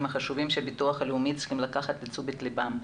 החשובים שהביטוח הלאומי צריך לקחת לתשומת ליבו.